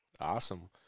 Awesome